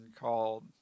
called